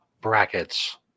brackets